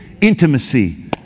intimacy